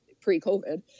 pre-COVID